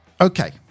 okay